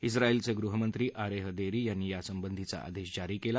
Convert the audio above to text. इस्राइलचे गृहमंत्री Aryeh Deri यांनी यासंबंधीचा आदेश जारी केला